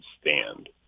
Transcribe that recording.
stand